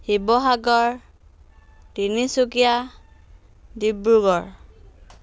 Sivasagar Tinsukia Dibrugarh